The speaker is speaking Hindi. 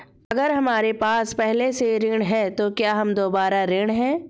अगर हमारे पास पहले से ऋण है तो क्या हम दोबारा ऋण हैं?